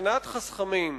התקנת חסכמים,